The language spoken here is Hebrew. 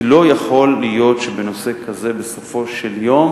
כי לא יכול להיות שבנושא כזה בסופו של יום